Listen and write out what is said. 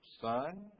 sun